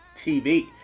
TV